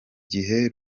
gihe